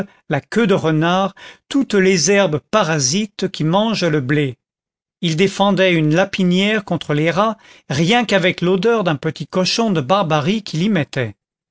gaverolle la queue de renard toutes les herbes parasites qui mangent le blé il défendait une lapinière contre les rats rien qu'avec l'odeur d'un petit cochon de barbarie qu'il y mettait